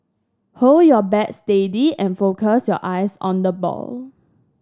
hold your bat steady and focus your eyes on the ball